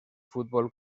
fútbol